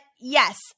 yes